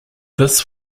this